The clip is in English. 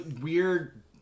weird